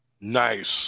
Nice